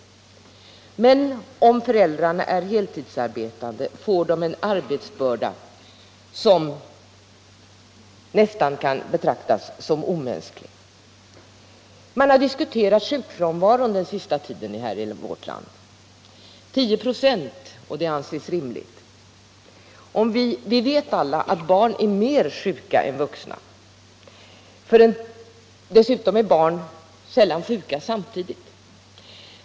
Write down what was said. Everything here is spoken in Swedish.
Men om föräldrarna är heltidsarbetande får dessa en arbetsbörda som nästan kan betraktas som omänsklig. Man har diskuterat sjukfrånvaron i vårt land under den senaste tiden. Den är ca 10 96, och det anses rimligt. Vi vet alla att barn är mer sjuka än vuxna. Dessutom är barn i en familj sällan sjuka samtidigt.